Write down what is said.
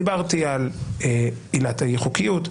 דיברתי על עילת האי-חוקיות.